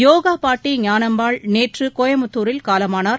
யோகா பாட்டி ஞானம்மாள் நேற்று கோயமுத்தூரில் காலமானார்